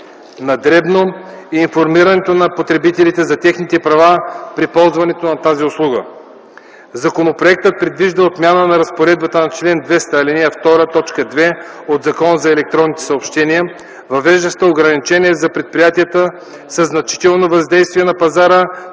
на дребно и информирането на потребителите за техните права при ползването на тази услуга. Законопроектът предвижда отмяна на разпоредбата на чл. 200, ал. 2, т. 2 от Закона за електронните съобщения, въвеждаща ограничение за предприятията със значително въздействие на пазара,